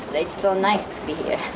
it's so nice to be here.